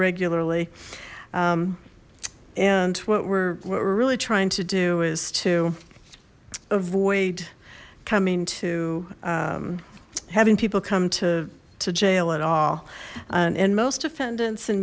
regularly and what we're what we're really trying to do is to avoid coming to having people come to to jail at all and most defendants and